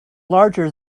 larger